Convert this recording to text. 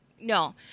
no